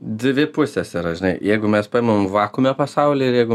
dvi pusės yra žinai jeigu mes paimam vakuume pasaulį ir jeigu